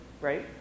right